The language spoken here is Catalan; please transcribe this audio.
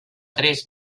tres